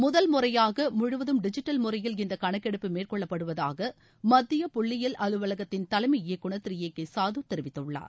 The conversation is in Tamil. முதல் முறையாக முழுவதும் டிஜிட்டல் முறையில் இந்த கணக்கெடுப்பு மேற்கொள்ளப்படுவதாக மத்திய புள்ளியியல் அலுவலகத்தின் தலைமை இயக்குநர் திரு ஏ கே சாது தெரிவித்துள்ளார்